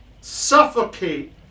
suffocate